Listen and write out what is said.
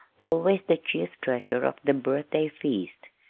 always the chief treasure of the birthday feast.